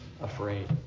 afraid